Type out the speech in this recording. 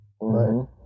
right